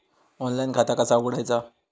Online खाता कसा उघडायचा?